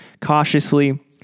cautiously